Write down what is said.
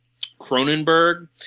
Cronenberg